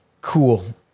Cool